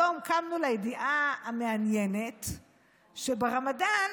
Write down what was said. היום קמנו לידיעה המעניינת שברמדאן